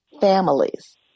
families